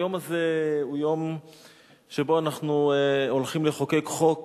היום הזה הוא יום שבו אנחנו הולכים לחוקק חוק